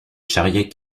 charriait